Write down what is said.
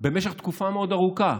במשך תקופה מאוד ארוכה